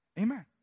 Amen